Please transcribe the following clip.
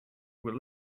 were